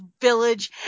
village